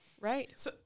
Right